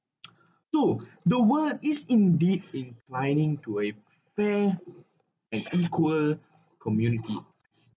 so the world is indeed inclining to a fair and equal community